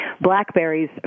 blackberries